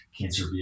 cancer